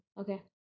okay